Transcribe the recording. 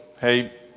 Hey